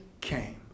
came